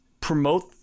promote